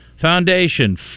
foundation